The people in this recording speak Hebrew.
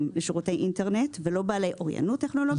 לשירותי אינטרנט ולא בעלי אוריינות טכנולוגית.